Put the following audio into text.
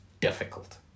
difficult